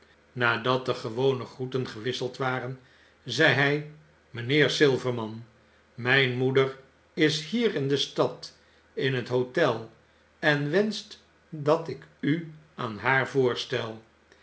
nadat de gewone groeten gewisseld waren zei hij mynheer silverman mijn moeder is hier in de stad in het hotel en wenscht dat ik u aan haar voorstel